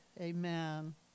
Amen